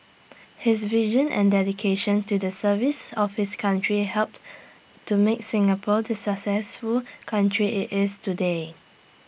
his vision and dedication to the service of his country helped to make Singapore the successful country IT is today